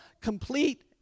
complete